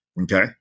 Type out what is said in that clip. Okay